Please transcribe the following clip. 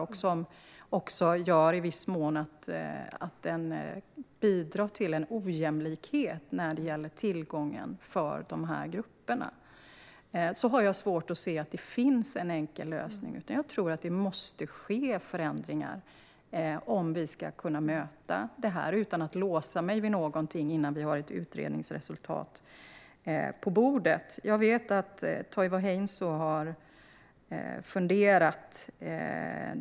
Detta bidrar också i viss mån till en ojämlikhet när det gäller tillgången för dessa grupper. Därför har jag svårt att se att det finns en enkel lösning. Jag tror att det måste ske förändringar om vi ska kunna möta detta - det säger jag utan att låsa mig vid någonting innan vi har ett utredningsresultat på bordet. Jag vet att Toivo Heinsoo har funderat.